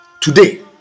today